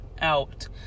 out